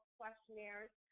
questionnaires